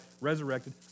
resurrected